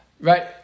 right